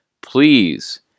please